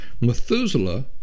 Methuselah